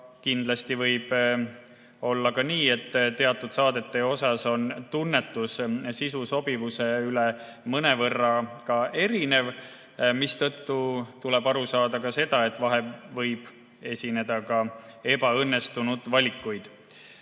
kindlasti võib olla ka nii, et teatud saadete puhul on tunnetus sisu sobivuse üle mõnevõrra erinev, mistõttu tuleb aru saada ka sellest, et vahel võib esineda ebaõnnestunud valikuid.